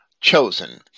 chosen